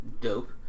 Dope